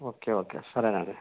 okay okay సరేనండి